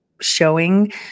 showing